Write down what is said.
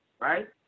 right